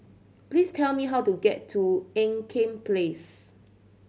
please tell me how to get to Ean Kiam Place